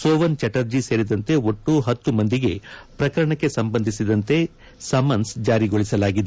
ಸೋವನ್ ಚಟರ್ಜಿ ಸೇರಿದಂತೆ ಒಟ್ಟು ಹತ್ತು ಮಂದಿಗೆ ಪ್ರಕರಣಕ್ಕೆ ಸಂಬಂಧಿಸಿದಂತೆ ಸಮನ್ಸ್ ಜಾರಿಗೊಳಿಸಲಾಗಿದೆ